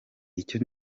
icyo